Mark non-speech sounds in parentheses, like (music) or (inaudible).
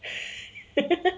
(laughs)